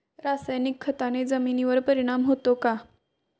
रासायनिक खताने जमिनीवर परिणाम होतो का?